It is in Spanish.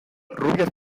rubias